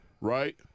right